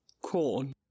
corn